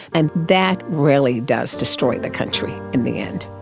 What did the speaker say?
and that really does destroy the country in the end.